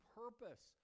purpose